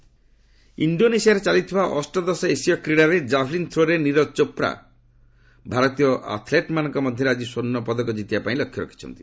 Asian Games ଇଣ୍ଡୋନେସିଆରେ ଚାଲିଥିବା ଅଷ୍ଟଦଶ ଏସୀୟ କ୍ରୀଡ଼ାରେ ଜାଭ୍ଲିନ୍ ଥ୍ରୋରେ ନିରଜ ଚୋପ୍ରା ଭାରତୀୟ ଆଥ୍ଲେଟ୍ମାନଙ୍କ ମଧ୍ୟରେ ଆଜି ସ୍ୱର୍ଣ୍ଣ ପଦକ ଜିତିବା ପାଇଁ ଲକ୍ଷ୍ୟ ରଖିଛନ୍ତି